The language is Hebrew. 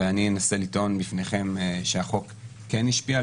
ואני אנסה לטעון בפניכם שהחוק כן השפיע,